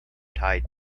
tied